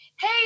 hey